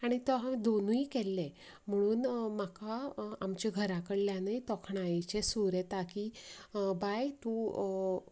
आनी तो हांव दोनूय केल्ले म्हणून म्हाका आमच्या घराकडल्यानूय तोखणायेचे सूर येता की बाय तूं